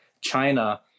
China